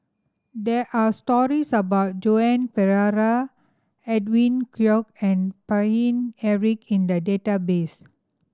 there are stories about Joan Pereira Edwin Koek and Paine Eric in the database